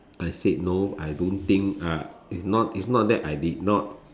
I said no I don't think ah is not is not that I did not